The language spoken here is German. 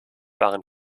waren